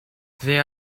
they